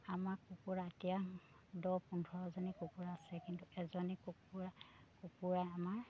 আমাৰ কুকুৰা এতিয়া দহ পোন্ধৰজনী কুকুৰা আছে কিন্তু এজনী কুকুৰা কুকুৰাই আমাৰ